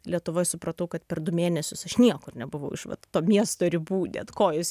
lietuvoj supratau kad per du mėnesius aš niekur nebuvau iš vat to miesto ribų net kojos